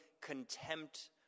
contempt